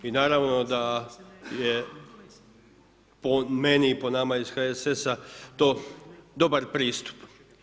I naravno da je po meni i po nama iz HSS-a, to dobar pristup.